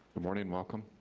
morning, welcome.